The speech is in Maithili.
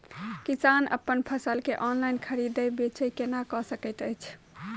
किसान अप्पन फसल केँ ऑनलाइन खरीदै बेच केना कऽ सकैत अछि?